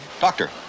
Doctor